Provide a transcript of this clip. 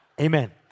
Amen